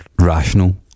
rational